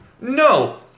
No